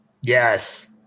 Yes